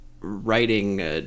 writing